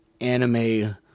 anime